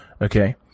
Okay